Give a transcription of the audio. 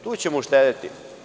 Tu ćemo uštedeti.